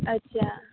अच्छा